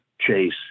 chase